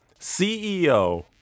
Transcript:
CEO